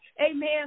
amen